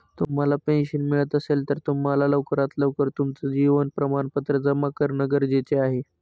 तुम्हाला पेन्शन मिळत असेल, तर तुम्हाला लवकरात लवकर तुमचं जीवन प्रमाणपत्र जमा करणं गरजेचे आहे